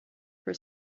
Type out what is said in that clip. for